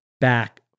back